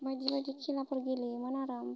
बाइदि बाइदि खेलाफोर गेलेयोमोन आरो